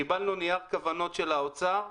קיבלנו נייר כוונות של האוצר,